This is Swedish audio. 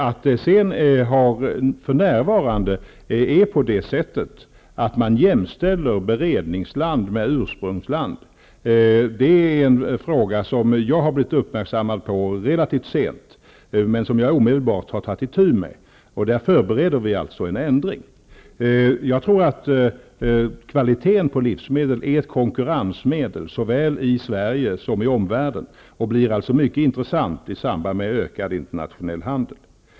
Detta att man för närvarande jämställer beredningsland med ursprungsland är en fråga som jag har blivit uppmärksammad på relativt sent men som jag omedelbart har tagit itu med. Vi förbereder alltså en ändring där. Jag tror att kvaliteten på livsmedel är ett konkurrensmedel, såväl i Sverige som i omvärlden, och det blir mycket intressant i samband med ökad internationell handel.